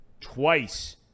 twice